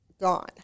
gone